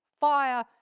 fire